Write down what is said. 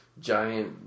giant